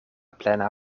plena